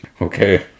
Okay